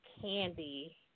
candy